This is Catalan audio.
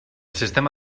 sistema